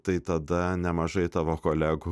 tai tada nemažai tavo kolegų